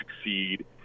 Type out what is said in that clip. succeed